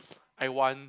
I want